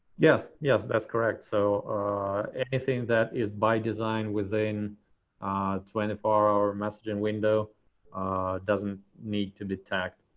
yes, yes, that's correct. so anything that is, by design, within twenty four hour messaging window doesn't need to be tagged.